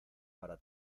para